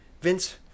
Vince